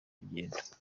urugendo